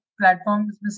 platforms